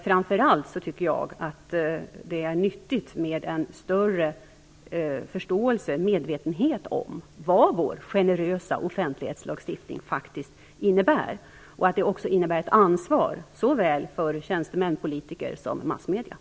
Framför allt tycker jag att det är nyttigt med en större förståelse för och medvetenhet om vad vår generösa offentlighetslagstiftning faktiskt innebär. Den innebär också ett ansvar såväl för tjänstemän och politiker som för massmedier.